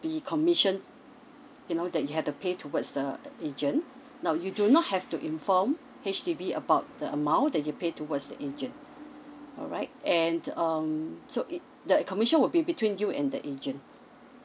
be commission you know that you have to pay towards the uh agent now you do not have to inform H_D_B about the amount that you pay towards the agent alright and the um so it the commission would be between you and the agent